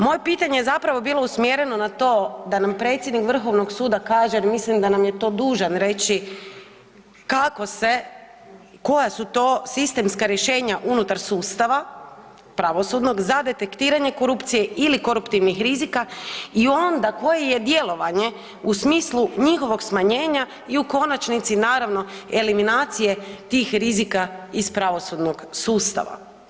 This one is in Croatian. Moje pitanje je bilo usmjereno na to da nam predsjednik Vrhovnog suda kaže jer mislim da nam je to dužan reći kako se, koja su to sistemska rješenja unutar sustava pravosudnog za detektiranje korupcije ili koruptivnih rizika i onda koje je djelovanje u smislu njihovog smanjenja i u konačnici naravno eliminacije tih rizika iz pravosudnog sustava.